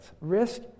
risk